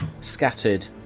scattered